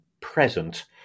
present